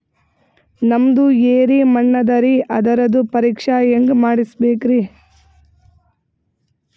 ನಮ್ದು ಎರಿ ಮಣ್ಣದರಿ, ಅದರದು ಪರೀಕ್ಷಾ ಹ್ಯಾಂಗ್ ಮಾಡಿಸ್ಬೇಕ್ರಿ?